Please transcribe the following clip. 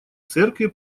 церкви